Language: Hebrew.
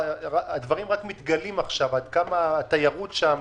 הדברים רק מתגלים עכשיו, עד כמה התיירות שם